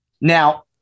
Now